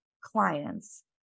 clients